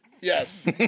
Yes